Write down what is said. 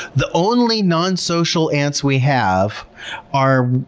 the only nonsocial ants we have are